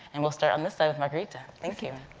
and we'll start on this side with margarita. thank you.